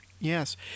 Yes